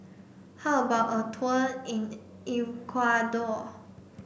how about a tour in Ecuador